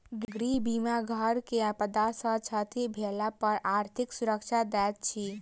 गृह बीमा घर के आपदा सॅ क्षति भेला पर आर्थिक सुरक्षा दैत अछि